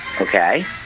Okay